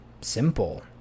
simple